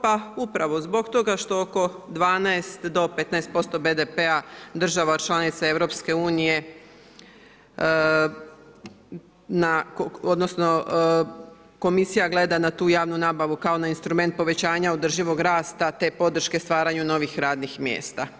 Pa upravo zbog toga što oko 12 do 15% BDP-a država članice EU, odnosno komisija gleda na tu javnu nabavu kao na instrument povećavanja održivog rasta te podrške stvaranju novih radnih mjesta.